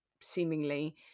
seemingly